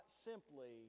simply